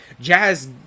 Jazz